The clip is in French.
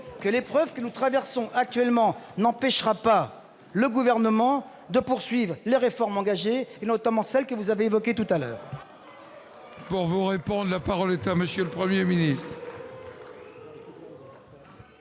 que l'épreuve que nous traversons actuellement n'empêchera pas le Gouvernement de poursuivre les réformes engagées, notamment celle que vous avez évoquée tout à l'heure